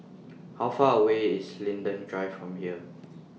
How Far away IS Linden Drive from here